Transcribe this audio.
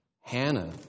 Hannah